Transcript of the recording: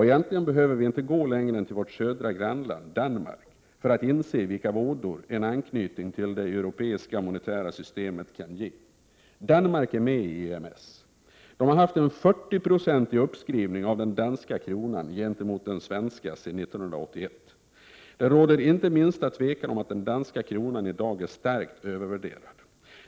Egentligen behöver vi inte gå längre än till vårt södra grannland Danmark för att inse vilka vådor en anknytning till det europeiska monetära samarbetet kan medföra. Danmark är med i EMS. Där har man haft en 40-procentig uppskrivning av den danska kronan gentemot den svenska sedan 1981. Det råder inte minsta tvivel om att den danska kronan i dag är starkt övervärderad.